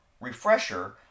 refresher